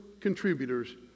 contributors